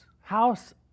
house